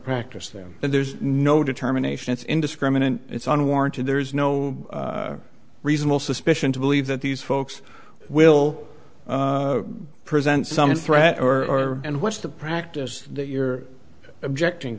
practice there and there's no determination it's indiscriminate it's unwarranted there's no reasonable suspicion to believe that these folks will present some threat or and what's the practice that you're objecting